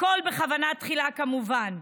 הכול בכוונה תחילה, כמובן.